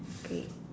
great